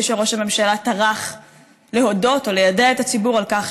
שראש הממשלה טרח להודות או ליידע את הציבור על כך,